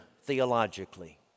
theologically